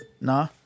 Nah